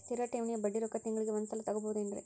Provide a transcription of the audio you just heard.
ಸ್ಥಿರ ಠೇವಣಿಯ ಬಡ್ಡಿ ರೊಕ್ಕ ತಿಂಗಳಿಗೆ ಒಂದು ಸಲ ತಗೊಬಹುದೆನ್ರಿ?